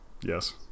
yes